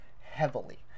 heavily